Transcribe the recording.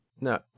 No